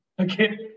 Okay